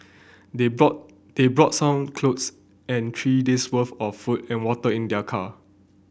they brought they brought some clothes and three days worth of food and water in their car